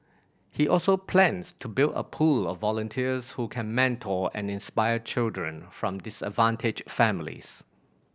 he also plans to build a pool of volunteers who can mentor and inspire children from disadvantaged families